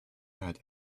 had